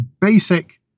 basic